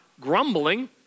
grumbling